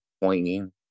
pointing